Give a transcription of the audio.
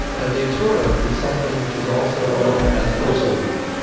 now datura is something which is also known as locoweed.